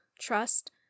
Trust